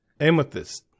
amethyst